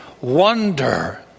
wonder